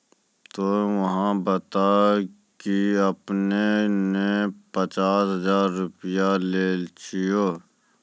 ते अहाँ बता की आपने ने पचास हजार रु लिए छिए?